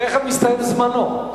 תראה, תיכף מסתיים זמנו.